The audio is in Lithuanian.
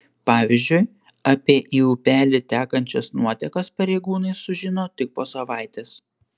pavyzdžiui apie į upelį tekančias nuotekas pareigūnai sužino tik po savaitės